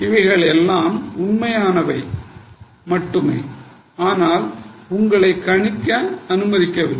இவை அனைத்தும் உண்மையானவை மட்டுமே ஆனால் உங்களை கணிக்க அனுமதிக்கவில்லை